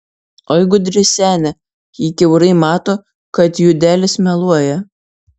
oi gudri senė ji kiaurai mato kad judelis meluoja